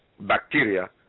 bacteria